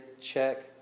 check